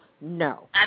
No